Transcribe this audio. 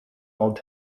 old